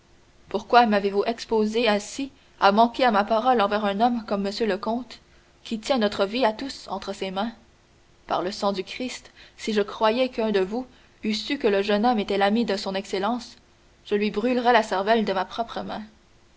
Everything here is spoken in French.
pourquoi m'avez-vous exposé ainsi à manquer à ma parole envers un homme comme m le comte qui tient notre vie à tous entre ses mains par le sang du christ si je croyais qu'un de vous eût su que le jeune homme était l'ami de son excellence je lui brûlerais la cervelle de ma propre main